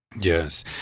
Yes